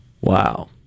Wow